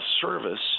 service